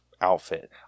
outfit